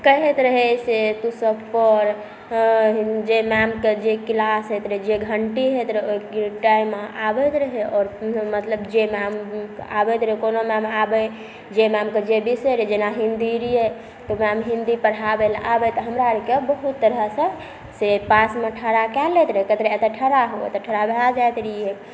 कहैत रहै से तू सब पढ़ जे मैमके जे क्लास होइत रहै जे घण्टी होइत रहै ओइ टाइममे आबैत रहै आओर मतलब जे मैम आबैत रहै कोनो मैम आबै जे मैमके जे विषय रहै जेना हिन्दी रहै तऽ मैम हिन्दी पढ़ाबै लेल आबै तऽ हमरा आरके बहुत तरहसँ से पासमे ठड़ा कऽ लैत रहै कहैत रहै एतऽ ठड़ा हो ओतऽ ठड़ा भऽ जाइत रहिए